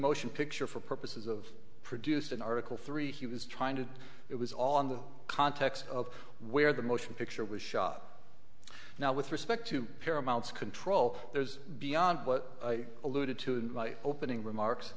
motion picture for purposes of produced in article three he was trying to it was all in the context of where the motion picture was shot now with respect to paramount's control there's beyond what i alluded to in my opening remarks